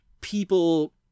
People